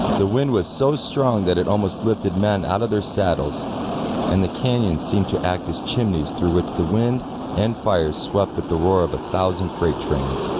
the wind was so strong that it almost lifted men out of their saddles and the canyons seemed to act as chimneys through which the wind and fire swept with the roar of a thousand freight trains